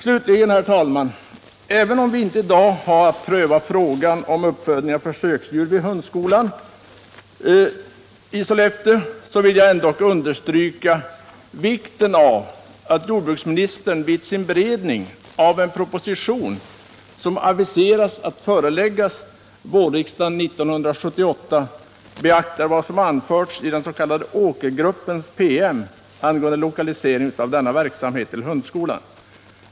Slutligen vill jag, herr talman, även om vi inte i dag har att pröva frågan om uppfödning av försöksdjur vid hundskolan i Sollefteå, understryka vikten av att jordbruksministern vid sin beredning av en proposition, som aviserats att föreläggas vårriksdagen 1978, beaktar vad som anförts i Åkergruppens PM angående lokalisering av denna verksamhet till hundskolan.